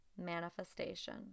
manifestation